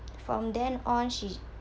from then on she